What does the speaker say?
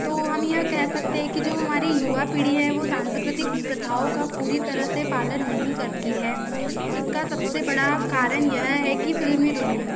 तो हम यह कह सकते हैं कि जो हमारे युवा पीढ़ी है वो सांस्कृतिक प्रथाओं का पूरी तरह से पालन नहीं करती है जिसका सब से बड़ा कारण यह है कि फिल्मी दुनिया